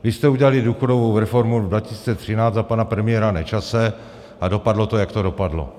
Vy jste udělali důchodovou reformu 2013 za pana premiéra Nečase a dopadlo to, jak to dopadlo.